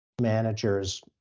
managers